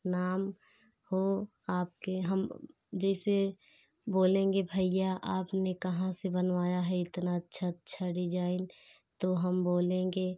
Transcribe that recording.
नाम हो आपके हम जैसे बोलेंगे भैया आपने कहाँ से बनवाया है इतना अच्छा अच्छा डिज़ाइन तो हम बोलेंगे